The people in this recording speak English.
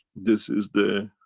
this is the.